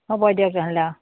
হ'ব দিয়ক তেনেহ'লে অঁ